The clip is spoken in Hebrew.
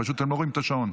פשוט אתם לא רואים את השעון,